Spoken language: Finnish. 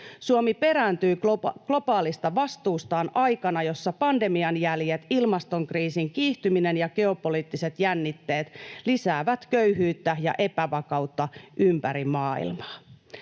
Suomi perääntyy globaalista vastuustaan aikana, jossa pandemian jäljet, ilmastokriisin kiihtyminen ja geopoliittiset jännitteet lisäävät köyhyyttä ja epävakautta ympäri maailmaa.